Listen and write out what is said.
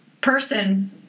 person